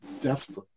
Desperate